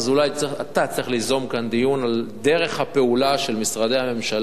שאולי אתה צריך ליזום כאן דיון על דרך הפעולה של משרדי הממשלה מול